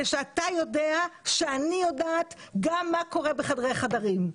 כדי שתדע שאני יודעת גם מה קורה בחדרי חדרים.